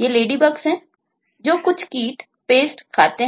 ये लेडीबग्स करने की